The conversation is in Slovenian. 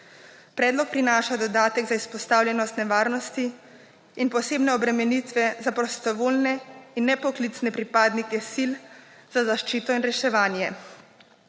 Predlog prinaša dodatek za izpostavljenost nevarnosti in posebne obremenitve za prostovoljne in nepoklicne pripadnike sil za zaščito in reševanje.